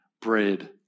bread